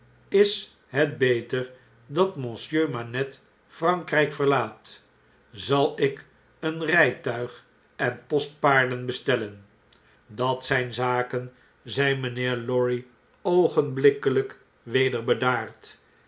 is het beter dat monsieur manette prankrijk verlaat zal ik een rjjtuig en postpaarden bestellen dat ztjn zaken zei mtjnheer lorry oogenblikkeljjk weder bedaard